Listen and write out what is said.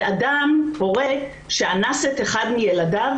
הורה שאנס את אחד מילדיו,